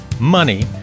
money